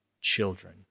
children